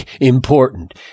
important